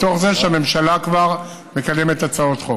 מתוך זה שהממשלה כבר מקדמת הצעות חוק?